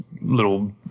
little